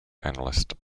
analyst